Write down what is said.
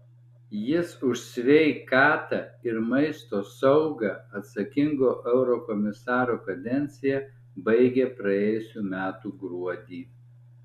jis už sveikatą ir maisto saugą atsakingo eurokomisaro kadenciją baigė praėjusių metų gruodį